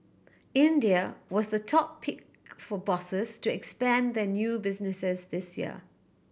India was the top pick for bosses to expand their new businesses this year